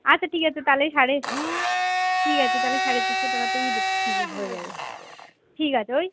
আচ্ছা ঠিক আছে তাহলে সাড়ে ঠিক আছে তাহলে সাড়ে চারশো টাকাতেই ঠিক হয়ে যাবে ঠিক আছে ওই